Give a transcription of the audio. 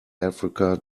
africa